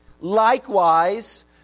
likewise